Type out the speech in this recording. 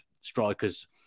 strikers